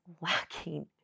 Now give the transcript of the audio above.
lacking